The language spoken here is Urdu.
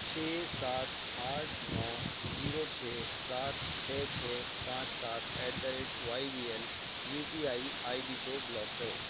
چھ سات آٹھ نو زیرو چھ سات چھ چھ پانچ سات at the rate Y B L U P I I D کو بلاک کرو